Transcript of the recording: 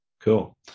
cool